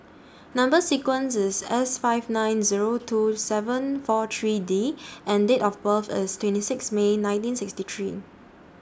Number sequence IS S five nine Zero two seven four three D and Date of birth IS twenty six May nineteen sixty three